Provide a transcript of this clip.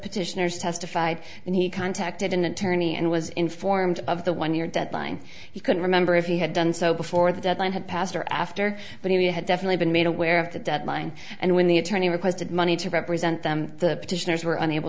petitioners testified and he contacted an attorney and was informed of the one year deadline he couldn't remember if he had done so before the deadline had passed or after but he had definitely been made aware of the deadline and when the attorney requested money to represent them the petitioners were unable